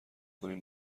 کنیم